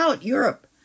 Europe